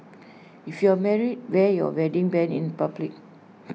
if you're married wear your wedding Band in public